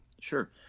sure